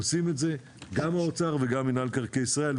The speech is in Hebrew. ועושים את זה גם האוצר וגם מנהל מקרקעי ישראל,